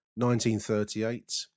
1938